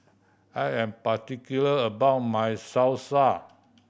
I am particular about my Salsa